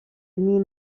n’y